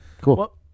Cool